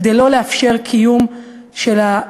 כדי לא לאפשר קיום של,